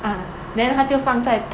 ah then 她就放在